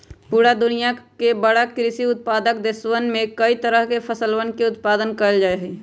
पूरा दुनिया के बड़ा कृषि उत्पादक देशवन में कई तरह के फसलवन के उत्पादन कइल जाहई